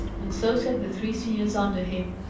and so said the three seniors under him.